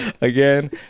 again